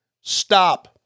Stop